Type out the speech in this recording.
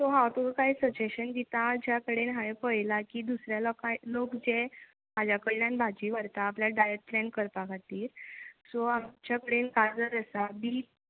so हांव तुका कांय सजॅशन दिता ज्या कडेन हांवें पळयलां की दुसऱ्या लोका लोक जे म्हज्या कडल्यान भाजी व्हरता आपल्याक डायट प्लॅन करपा खातीर सो आमच्या कडेन गाजर आसा बीट